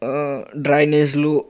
డ్రైనేజులు